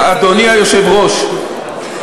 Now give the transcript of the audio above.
אדוני היושב-ראש,